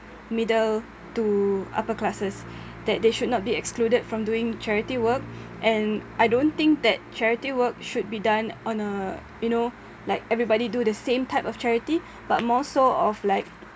middle to upper classes that they should not be excluded from doing charity work and I don't think that charity work should be done on a you know like everybody do the same type of charity more so of like